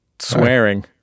swearing